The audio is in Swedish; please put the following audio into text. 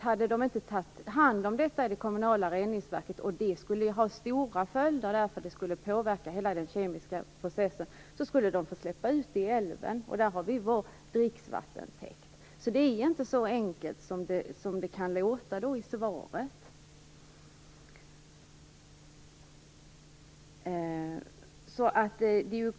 Hade man inte tagit hand om detta i det kommunala reningsverket - det skulle ha fått allvarliga följder därför att det skulle ha påverkat hela den kemiska processen - skulle företaget ha fått släppa ut det i älven. Där har vi vår dricksvattentäkt. Det är inte så enkelt som det kan låta i svaret.